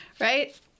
Right